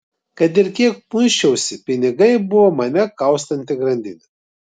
kad ir kiek muisčiausi pinigai buvo mane kaustanti grandinė